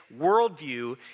Worldview